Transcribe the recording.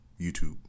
YouTube